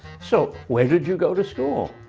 so where did you go to school?